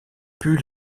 put